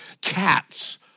cats